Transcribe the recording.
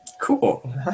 Cool